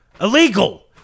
illegal